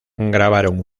grabaron